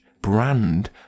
brand